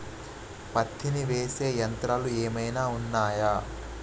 పత్తిని తీసే యంత్రాలు ఏమైనా ఉన్నయా?